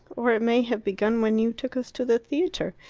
or it may have begun when you took us to the theatre,